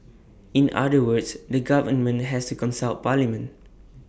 in other words the government has to consult parliament